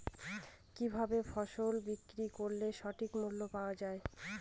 কি ভাবে ফসল বিক্রয় করলে সঠিক মূল্য পাওয়া য়ায়?